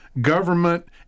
government